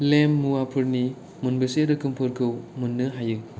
lamp मुवाफोरनि मोनबेसे रोखोमफोरखौ मोन्नो हायो